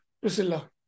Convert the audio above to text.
Priscilla